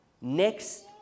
Next